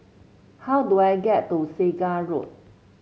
how do I get to Segar Road